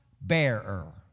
bearer